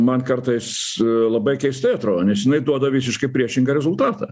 man kartais labai keistai atrodo nes jinai duoda visiškai priešingą rezultatą